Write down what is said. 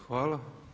Hvala.